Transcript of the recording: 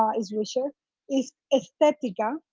ah is richer. is estetica,